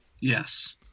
Yes